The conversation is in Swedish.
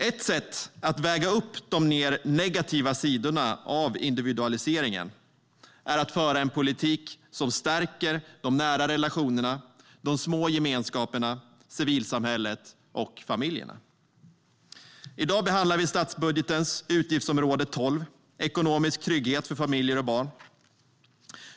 Ett sätt att väga upp de mer negativa sidorna av individualiseringen är att föra en politik som stärker de nära relationerna, de små gemenskaperna, civilsamhället och familjerna. I dag behandlar vi statsbudgetens utgiftsområde 12, Ekonomisk trygghet för familjer och barn.